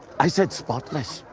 i said spotless!